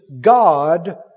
God